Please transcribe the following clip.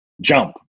jump